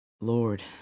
Lord